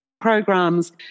programs